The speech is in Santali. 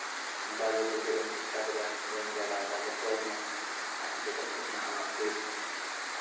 ᱚᱱᱠᱟᱜᱮ ᱫᱮᱡᱚᱜ ᱤᱧ ᱪᱮᱥᱴᱟ ᱠᱮᱫᱟ ᱵᱟᱹᱧ ᱫᱟᱲᱮᱣᱟᱫᱟ ᱵᱚᱛᱚᱨ ᱱᱟᱹᱧ ᱛᱟᱭᱚᱢ ᱛᱮᱫᱚᱧ ᱦᱮᱡᱱᱟ ᱚᱲᱟᱜ ᱯᱷᱤᱨ